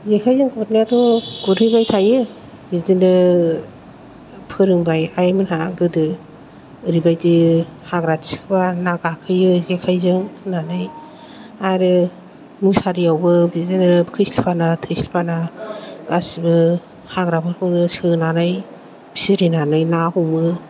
जेखाइजों गुरनायाथ' गुरहैबाय थायो बिदिनो फोरोंबाय आइमोनहा गोदो ओरैबायदि हाग्रा थिखोबा ना गाखोयो जेखाइजों होन्नानै आरो मुसारियावबो बिदिनो खोस्लिफाना थोस्लिफाना गासिबो हाग्राफोरखौ सोनानै फिरिनानै ना हमो